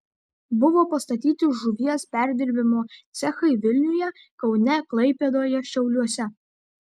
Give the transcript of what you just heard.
buvo pastatyti žuvies perdirbimo cechai vilniuje kaune klaipėdoje šiauliuose